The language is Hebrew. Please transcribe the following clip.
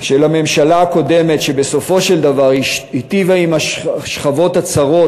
של הממשלה הקודמת שבסופו של דבר היטיבה עם השכבות הצרות,